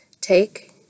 take